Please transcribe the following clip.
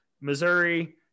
Missouri